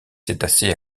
cétacés